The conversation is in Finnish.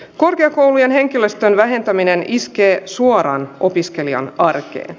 korkeakoulujen henkilöstön vähentäminen iskee suoraan opiskelija arkeen